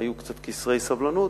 והיו קצת קצרי סבלנות,